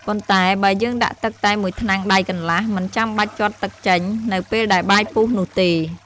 ប៉ុន្តែបើយើងដាក់ទឹកតែមួយថ្នាំងដៃកន្លះ មិនចាំបាច់ជាត់ទឹកចេញ នៅពេលដែលបាយពុះនោះទេ។